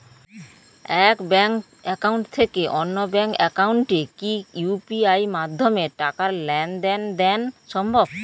এক bank account থেকে অন্য ব্যাংক একাউন্টে কি ইউ.পি.আই মাধ্যমে টাকার লেনদেন দেন সম্ভব?